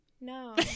No